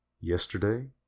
Yesterday